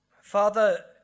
Father